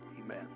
amen